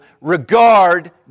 regard